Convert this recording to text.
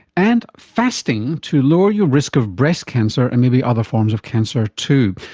and fasting to lower your risk of breast cancer and maybe other forms of cancer too.